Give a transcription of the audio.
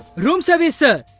room service sir.